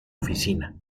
oficina